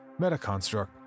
metaconstruct